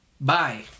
Bye